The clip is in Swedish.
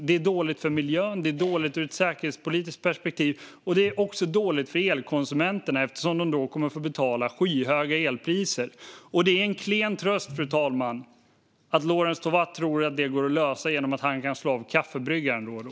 Det är dåligt för miljön, det är dåligt ur ett säkerhetspolitiskt perspektiv och det är också dåligt för elkonsumenterna eftersom de då kommer att få betala skyhöga elpriser. Det är en klen tröst, fru talman, att Lorentz Tovatt tror att det går att lösa genom att han kan slå av kaffebryggaren då och då.